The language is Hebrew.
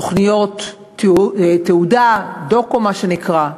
תוכניות תעודה, "דוקו", מה שנקרא.